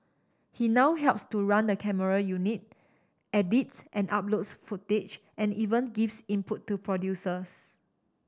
he now helps to run the camera unit edits and uploads footage and even gives input to producers